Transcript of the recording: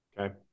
Okay